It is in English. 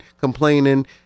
complaining